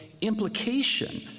implication